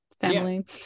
family